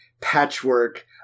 patchwork